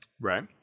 Right